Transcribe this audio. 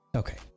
Okay